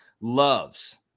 loves